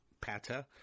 patter